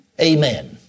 Amen